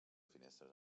finestres